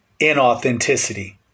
inauthenticity